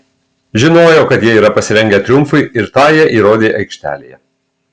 žinojau kad jie yra pasirengę triumfui ir tą jie įrodė aikštelėje